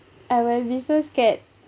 I will be so scared